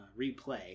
replay